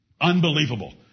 Unbelievable